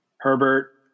Herbert